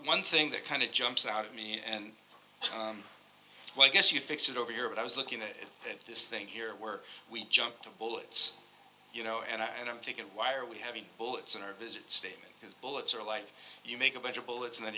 one thing that kind of jumps out at me and well i guess you fix it over here but i was looking at this thing here were we jump to bullets you know and i don't think and why are we having bullets in our visit statement because bullets are life you make a bunch of bullets and then